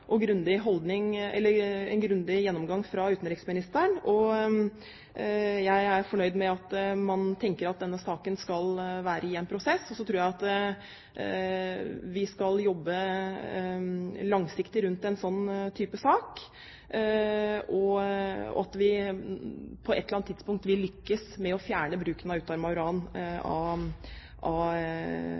og grundig gjennomgang fra utenriksministeren. Jeg er fornøyd med at man tenker at denne saken skal være i en prosess. Så tror jeg at vi skal jobbe langsiktig med en slik sak, og at vi på et eller annet tidspunkt vil lykkes i å fjerne bruken av utarmet uran